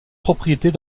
propriétés